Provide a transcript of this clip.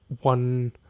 one